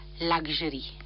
luxury